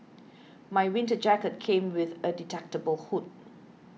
my winter jacket came with a detachable hood